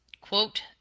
quote